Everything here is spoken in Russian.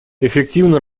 эффективно